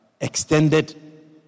extended